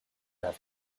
have